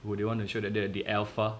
or they wanna show that they're the alpha